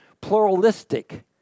pluralistic